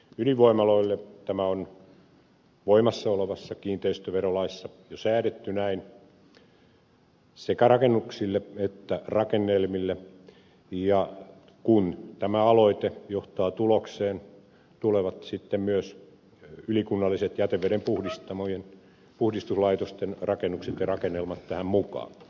ydinvoimaloille tämä on voimassa olevassa kiinteistöverolaissa jo säädetty näin sekä rakennuksille että rakennelmille ja kun tämä aloite johtaa tulokseen tulevat sitten myös ylikunnalliset jätevedenpuhdistuslaitosten rakennukset ja rakennelmat tähän mukaan